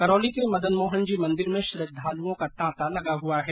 करौली के मदनमोहन जी मन्दिर में श्रद्वालुओ का तांता लगा हुआ है